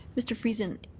mr. friesen,